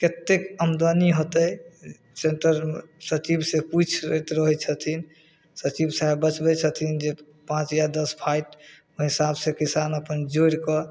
कतेक आमदनी होतै सेन्टर सचिवसँ पुछि लैत रहै छथिन सचिव साहब बतबै छथिन जे पाँच या दस फाटि ओहि हिसाबसँ किसान अपन जोड़िकऽ